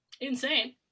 insane